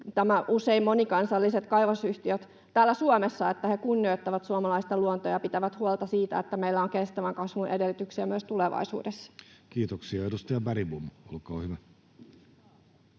usein monikansalliset kaivosyhtiöt täällä Suomessa kunnioittavat suomalaista luontoa ja pitävät huolta siitä, että meillä on kestävän kasvun edellytyksiä myös tulevaisuudessa? Kiitoksia. — Edustaja Bergbom, olkaa hyvä.